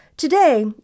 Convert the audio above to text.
Today